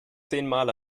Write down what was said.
zehnmal